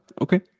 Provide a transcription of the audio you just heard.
okay